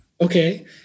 Okay